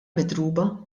midruba